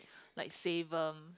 like Xavum